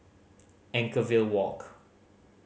Anchorvale Walk